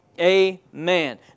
Amen